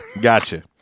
gotcha